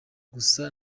gusa